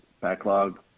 Backlog